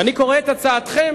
ואני קורא את הצעתכם: